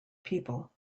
people